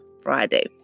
Friday